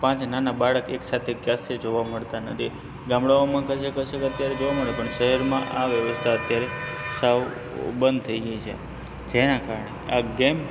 પાંચ નાનાં બાળક એકસાથે ક્યારથી જોવા મળતા નથી ગામડાઓમાં કશેક કશેક અત્યારે જોવા મળે પણ શહેરમાં આ વ્યવસ્થા અત્યારે સાવ અ બંધ થઇ ગઇ છે જેના કારણે આ ગેમ